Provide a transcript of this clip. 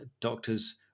doctors